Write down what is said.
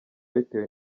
bitewe